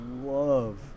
love